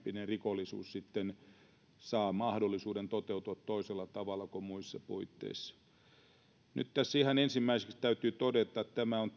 tämäntyyppinen rikollisuus saa mahdollisuuden toteutua toisella tavalla kuin muissa puitteissa nyt tässä ihan ensimmäiseksi täytyy todeta että tilastollisesti on